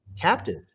captive